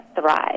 thrive